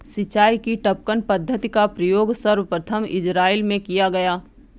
सिंचाई की टपकन पद्धति का प्रयोग सर्वप्रथम इज़राइल में किया गया